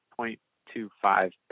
0.25%